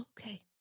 okay